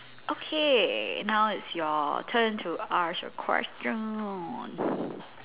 okay now it's your turn to ask a question